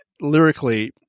lyrically